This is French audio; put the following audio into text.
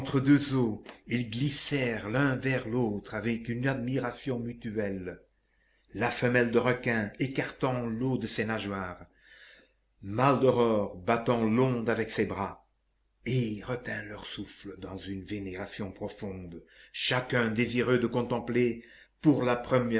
ils glissèrent l'un vers l'autre avec une admiration mutuelle la femelle de requin écartant l'eau de ses nageoires maldoror battant l'onde avec ses bras et retinrent leur souffle dans une vénération profonde chacun désireux de contempler pour la